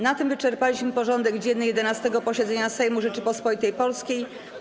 Na tym wyczerpaliśmy porządek dzienny 11. posiedzenia Sejmu Rzeczypospolitej Polskiej.